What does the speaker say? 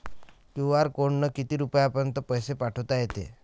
QR कोडनं किती रुपयापर्यंत पैसे पाठोता येते?